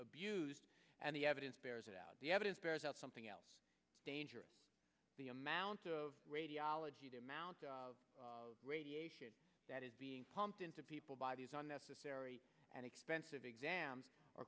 abused and the evidence bears it out the evidence bears out something else dangerous the amount of radiology the amount of radiation that is being pumped into people by these are necessary and expensive exams are